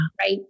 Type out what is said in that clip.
Right